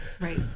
Right